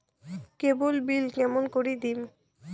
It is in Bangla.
কেবল বিল কেমন করি দিম?